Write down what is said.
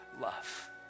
love